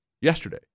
yesterday